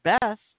best